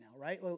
right